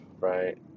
right